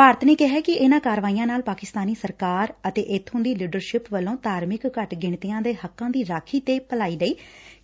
ਭਾਰਤ ਨੇ ਕਿਹੈ ਕਿ ਇਨ੍ਹਾਂ ਕਾਰਵਾਈਆਂ ਨਾਲ ਪਾਕਿਸਤਾਨੀ ਸਰਕਾਰ ਅਤੇ ਇਬੋਂ ਦੀ ਲੀਡਰਸ਼ਿਪ ਵੱਲੋਂ ਧਾਰਮਿਕ ਘੱਟ ਗਿਣਤੀਆਂ ਦੇਂ ਹੱਕਾਂ ਦੀ ਰਾਖੀ ਤੇ ਭਲਾਈ ਲਈ